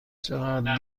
چقدر